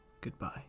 Goodbye